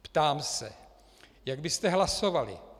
Ptám se, jak byste hlasovali.